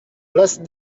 place